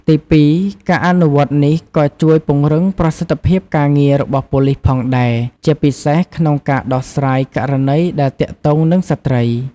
ទីពីរ ការអនុវត្តនេះក៏ជួយ ពង្រឹងប្រសិទ្ធភាពការងាររបស់ប៉ូលិសផងដែរ ជាពិសេសក្នុងការដោះស្រាយករណីដែលទាក់ទងនឹងស្ត្រី។